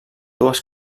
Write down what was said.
dues